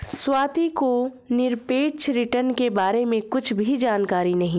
स्वाति को निरपेक्ष रिटर्न के बारे में कुछ भी जानकारी नहीं है